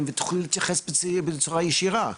ואז את תוכלי להתייחס לעניין החלופות בצורה ישירה.